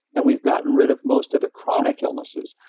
and we've gotten rid of most of the chronic illnesses,